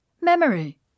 memory